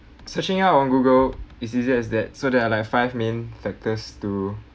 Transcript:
searching out on google is easy as that so there are like five main factors to